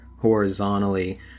horizontally